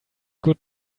good